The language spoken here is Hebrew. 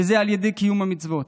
וזה על ידי קיום המצוות.